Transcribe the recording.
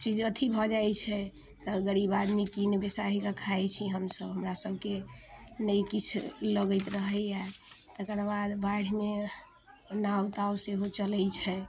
चीज अथी भऽ जाइ छै तऽ गरीब आदमी कीन बेसाहि कऽ खाइ छी हम सभ हमरा सभके नहि किछु लगैत रहैये तकर बाद बाढ़िमे नाव ताव सेहो चलै छै